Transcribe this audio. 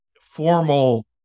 formal